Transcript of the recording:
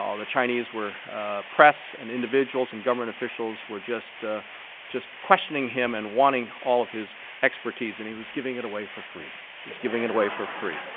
the chinese were press and individuals and government officials were just just questioning him and wanting all of his expertise and he was giving it away for free. he was giving it away for free.